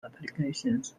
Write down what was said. applications